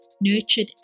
nurtured